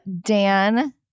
Dan